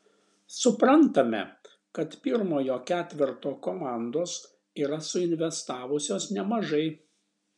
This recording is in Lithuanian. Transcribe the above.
suprantame kad pirmojo ketverto komandos yra suinvestavusios nemažai